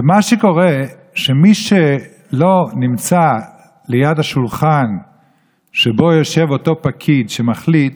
ומה שקורה זה שמי שלא נמצא ליד השולחן שבו יושב אותו פקיד שמחליט,